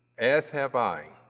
as have i,